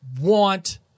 want